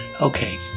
Okay